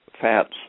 fats